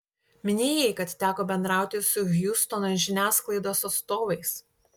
minėjai kad teko bendrauti su hjustono žiniasklaidos atstovais